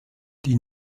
die